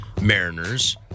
Mariners